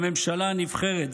הממשלה הנבחרת,